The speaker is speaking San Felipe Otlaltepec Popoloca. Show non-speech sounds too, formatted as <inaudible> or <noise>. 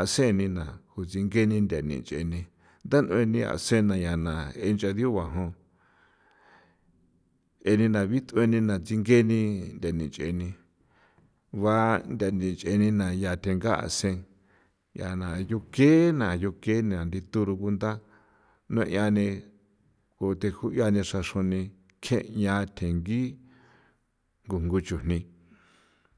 asenina sinkeni nthanencha ntha nueni je nchadiu jana je nena bithue na ngue ni nchen ngua nthatheche ni nga thengasen nchana yo kena <noise> yo kena ncha thi thu rugunda nue nani ju thi xra chruni ncha tengi gungu chujni.